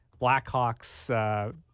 Blackhawks